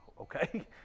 Okay